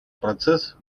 процесс